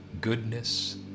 goodness